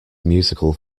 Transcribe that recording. musical